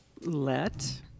let